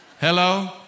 Hello